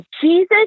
Jesus